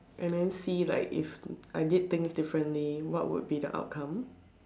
and then see like if I did things differently what would be the outcome